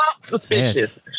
suspicious